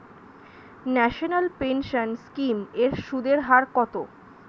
National pension scheme এর সুদের হার কত?